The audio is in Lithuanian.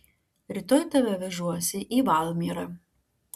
rytoj tave vežuosi į valmierą